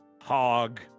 hog